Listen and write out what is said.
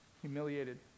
Humiliated